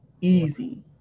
easy